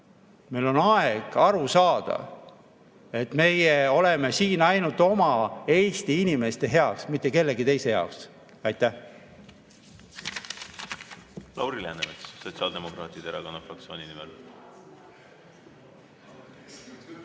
Meil on aeg aru saada, et meie oleme siin ainult oma Eesti inimeste jaoks, mitte kellegi teise jaoks. Aitäh!